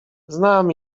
znam